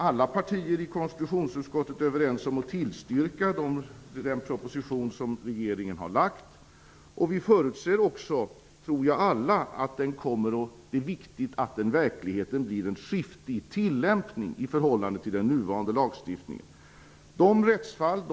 Alla partier i konstitutionsutskottet är nu överens om att tillstyrka den proposition som regeringen har lagt fram, och jag tror också att vi alla menar att det är viktigt att det i förhållande till den nuvarande lagstiftningen blir ett skifte i tillämpningen.